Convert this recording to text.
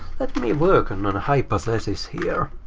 let me work and on a hypothesis here.